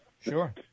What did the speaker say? sure